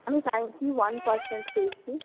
আমি ninety one percent পেয়েছি